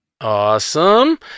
Awesome